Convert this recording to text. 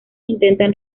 intentan